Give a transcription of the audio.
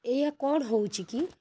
ଏହା କ'ଣ ହେଉଛି କି